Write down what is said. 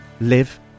live